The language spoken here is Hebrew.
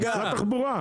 משרד התחבורה?